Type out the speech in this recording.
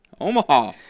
Omaha